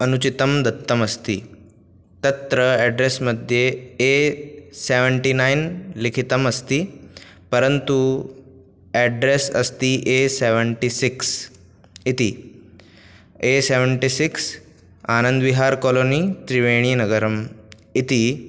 अनुचितं दत्तमस्ति तत्र एड्रेस् मध्ये ए सेवेण्टीनैन् लिखितम् अस्ति परन्तु एड्रेस् अस्ति ए सेवेण्टीसिक्स् इति ए सेवेण्टिसिक्स् आनन्दविहार् कोलोनि त्रिवेणीनगरम् इति